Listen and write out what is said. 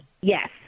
Yes